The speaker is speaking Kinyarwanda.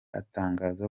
atangaza